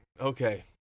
okay